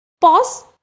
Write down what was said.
Pause